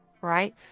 Right